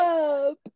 up